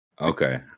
Okay